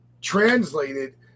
translated